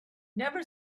never